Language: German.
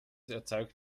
erzeugt